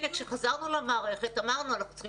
כשחזרנו למערכת אמרנו: אנחנו צריכים